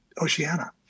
Oceana